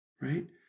right